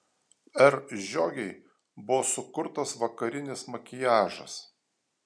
r žiogei buvo sukurtas vakarinis makiažas